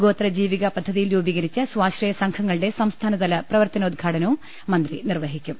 ഗോത്രജീവിക പദ്ധതിയിൽ രൂപീകരിച്ച സ്വാശ്രയ സംഘങ്ങളുടെ സംസ്ഥാനതല പ്രവർത്തനോ ദ്ഘാടനവും മന്ത്രി നിർവഹിക്കും